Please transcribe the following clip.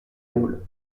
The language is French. rôles